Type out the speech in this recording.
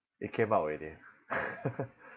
it came out already